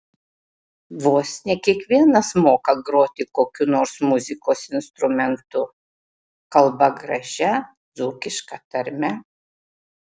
vos ne kiekvienas moka groti kokiu nors muzikos instrumentu kalba gražia dzūkiška tarme